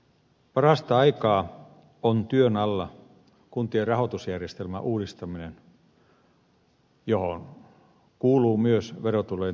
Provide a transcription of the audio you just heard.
parastaikaa on työn alla kuntien rahoitusjärjestelmän uudistaminen johon kuuluu myös verotulojen tasausjärjestelmä